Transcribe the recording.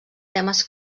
temes